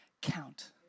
count